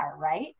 right